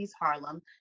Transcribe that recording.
Harlem